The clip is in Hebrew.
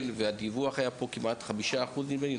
הדיווח במגזר היה של כחמישה אחוזים נדמה לי,